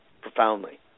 profoundly